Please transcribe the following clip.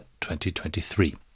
2023